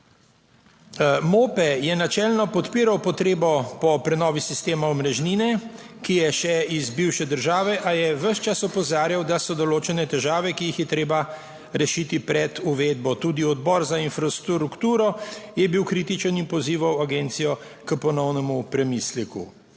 MOPE je načelno podpiral potrebo po prenovi sistema omrežnine, ki je še iz bivše države, a je ves čas opozarjal, da so določene težave, ki jih je treba rešiti pred uvedbo. Tudi odbor za infrastrukturo je bil kritičen in pozival agencijo k ponovnemu premisleku.